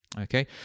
Okay